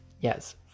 Yes